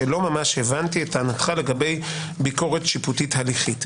שלא ממש הבנתי את טענתך לגבי ביקורת שיפוטית הליכית.